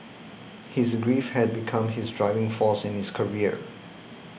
his grief had become his driving force in his career